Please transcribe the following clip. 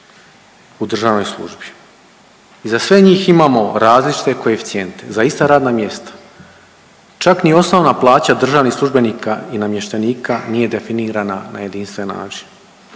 u državnoj službi i za sve njih imamo različite koeficijente za ista radna mjesta, čak ni osnovna plaća državnih službenika i namještenika nije definirana na jedinstven način.